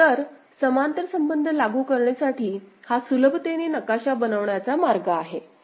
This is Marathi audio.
तर समांतर संबंध लागू करणेसाठी हा सुलभतेने नकाशा बनवण्याचा मार्ग आहे